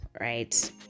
right